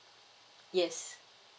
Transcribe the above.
yes